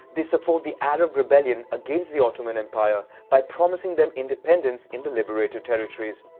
they support the arab rebellion against the ottoman empire by promising them independence in the liberated territories.